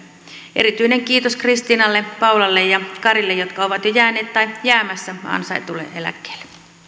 erityinen kiitos kristiinalle paulalle ja karille jotka ovat jo jääneet tai jäämässä ansaitulle eläkkeelle